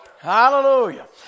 Hallelujah